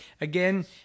again